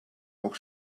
auch